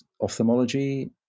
ophthalmology